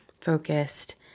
focused